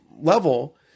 level